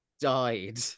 died